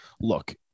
Look